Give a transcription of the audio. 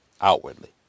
outwardly